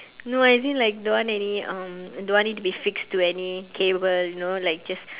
no as in like don't want any um don't want it to be fixed to any cable you know like just